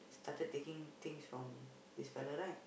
started taking things from this fellow right